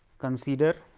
consider